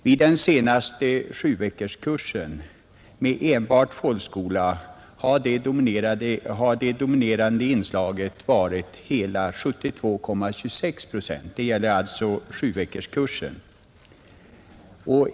Vid den senaste 7-veckorskursen har sökande med enbart folkskola varit det dominerande inslaget, hela 72,26 procent.